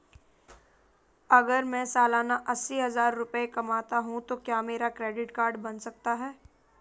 अगर मैं सालाना अस्सी हज़ार रुपये कमाता हूं तो क्या मेरा क्रेडिट कार्ड बन सकता है?